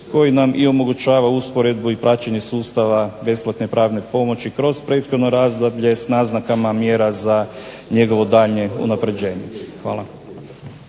koji nam omogućava usporedbu i praćenje sustava besplatne pravne pomoći kroz prethodno razdoblje s naznakama mjera za njegovo daljnje unapređenje. Hvala.